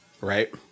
Right